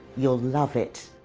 you'll love it.